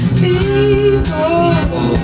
people